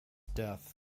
death